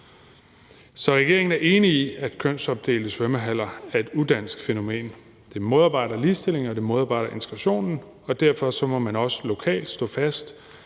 Så regeringen er enig i, at kønsopdelte svømmehaller er et udansk fænomen. Det modarbejder ligestillingen, og det modarbejder integrationen, og derfor må man også lokalt stå fast,